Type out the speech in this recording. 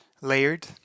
layered